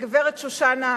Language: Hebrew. לגברת שושנה,